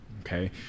okay